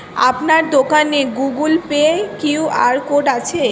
আপনার দোকানে Google Pay QR code আছে?